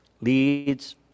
leads